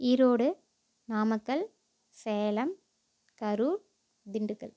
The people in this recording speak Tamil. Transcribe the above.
ஈரோடு நாமக்கல் சேலம் கரூர் திண்டுக்கல்